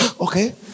Okay